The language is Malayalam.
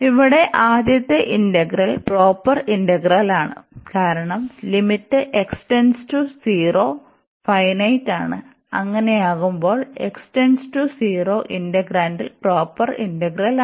ഇവിടെ ആദ്യത്തെ ഇന്റഗ്രൽ പ്രോപ്പർ ഇന്റഗ്രലാണ് കാരണം ലിമിറ്റ് x → 0 ഫൈനറ്റാണ് അങ്ങനെയാകുമ്പോൾ x → 0 ഇന്റഗ്രാൻഡിൽ പ്രോപ്പർ ഇന്റഗ്രലാണ്